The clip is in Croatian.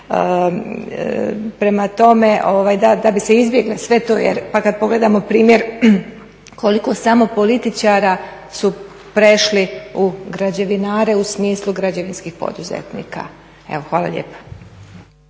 Prema tome, da bi se izbjeglo sve to, pa kada pogledamo samo primjer koliko samo političara su prešli u građevinare, u smislu građevinskih poduzetnika. Evo, hvala lijepa.